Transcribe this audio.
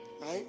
Right